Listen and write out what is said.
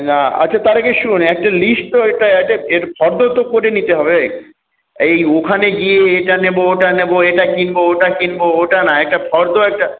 না আচ্ছা তাহলে কী শোন একটা লিস্ট তো একটা এটা ফর্দ তো করে নিতে হবে এই ওখানে গিয়ে এটা নেব ওটা নেব এটা কিনব ওটা কিনব ওটা না একটা ফর্দ একটা